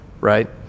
right